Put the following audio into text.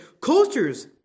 cultures